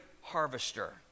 harvester